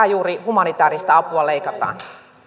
juuri sitä humanitaarista apua leikataan